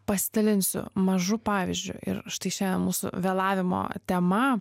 pasidalinsiu mažu pavyzdžiu ir štai šiandien mūsų vėlavimo tema